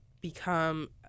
Become